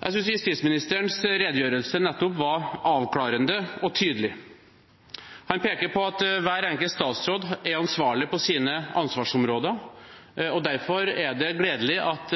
Jeg synes justisministerens redegjørelse nettopp var avklarende og tydelig. Han peker på at hver enkelt statsråd er ansvarlig på sine ansvarsområder, og derfor er det gledelig at